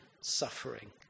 suffering